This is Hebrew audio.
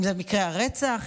אם זה מקרי הרצח,